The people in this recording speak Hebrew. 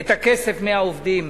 את הכסף מהעובדים